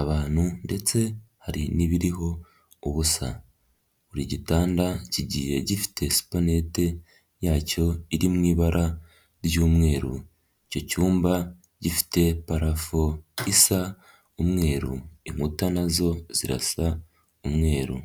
abantu ndetse hari n'ibiriho ubusa. Buri gitanda kigiye gifite supanete yacyo iri mu ibara ry'umweru, icyo cyumba gifite parafu isa umweru inkuta nazo zirasa umweru.